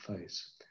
face